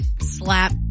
slap